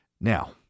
Now